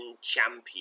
champion